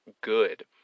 good